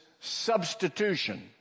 substitution